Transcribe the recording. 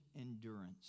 endurance